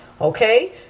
Okay